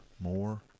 More